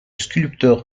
sculpteur